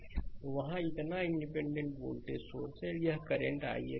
slide समय देखें 2340 तो वहाँ इतना डीपेंडेंट वोल्टेज स्रोत है और यहकरंट ix है